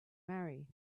marry